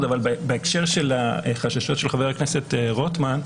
בהקשר של החששות של חבר הכנסת רוטמן,